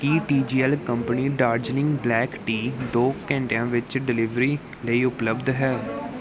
ਕੀ T G L company Darjeeling black tea ਦੋ ਘੰਟਿਆਂ ਵਿੱਚ ਡਿਲੀਵਰੀ ਲਈ ਉਪਲਬਧ ਹੈ